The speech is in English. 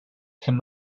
him